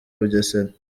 bugesera